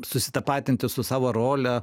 susitapatinti su savo role